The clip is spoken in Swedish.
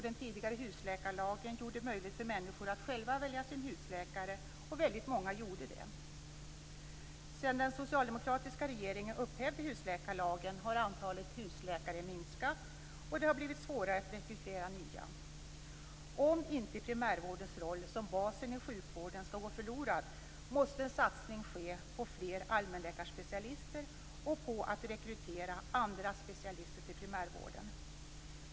Den tidigare husläkarlagen gjorde det möjligt för människor att själva välja sin husläkare, och väldigt många gjorde det. Sedan den socialdemokratiska regeringen upphävde husläkarlagen har antalet husläkare minskat, och det har blivit svårare att rekrytera nya. Om inte primärvårdens roll som basen i sjukvården skall gå förlorad, måste en satsning ske på fler allmänläkarspecialister och på att rekrytera andra specialister till primärvården.